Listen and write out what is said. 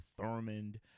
Thurmond